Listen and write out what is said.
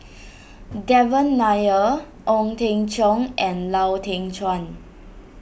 Devan Nair Ong Teng Cheong and Lau Teng Chuan